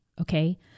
Okay